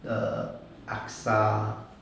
the axa